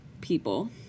people